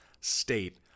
state